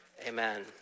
Amen